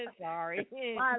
Sorry